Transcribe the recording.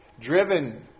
Driven